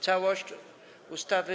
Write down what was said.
Całość ustawy.